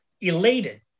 elated